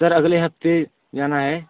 sir अगले हफ़्ते जाना है